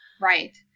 right